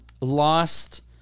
lost